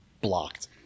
blocked